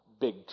big